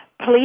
please